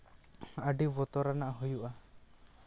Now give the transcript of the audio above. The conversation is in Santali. ᱟᱹᱰᱤ ᱵᱚᱛᱚᱨᱟᱱᱟᱜ ᱦᱩᱭᱩᱜᱼᱟ